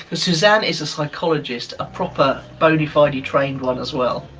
but suzanne is a psychologist, a proper, bona fide-ly trained one as well.